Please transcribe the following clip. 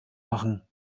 machen